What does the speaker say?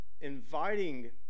inviting